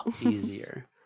easier